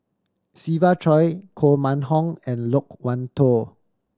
Siva Choy Koh Mun Hong and Loke Wan Tho